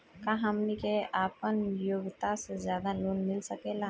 का हमनी के आपन योग्यता से ज्यादा लोन मिल सकेला?